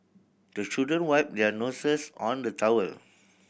the children wipe their noses on the towel